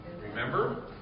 Remember